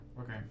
Okay